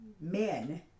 men